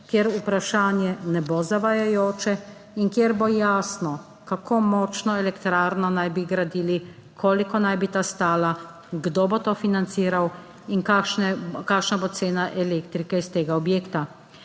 kjer vprašanje ne bo zavajajoče in kjer bo jasno, kako močno elektrarno naj bi gradili, koliko naj bi ta stala, kdo bo to financiral in kakšna bo cena elektrike iz tega objekta.